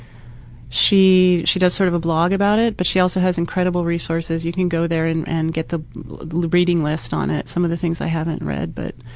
she she does sort of a blog about it but she also has incredible resources. you can go there and and get the reading list on it. some of the things i haven't read but